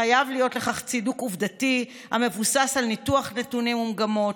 חייב להיות לכך צידוק עובדתי המבוסס על ניתוח נתונים ומגמות,